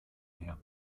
her